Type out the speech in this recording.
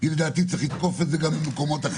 שמאיים פה להטיל מס על מזון לא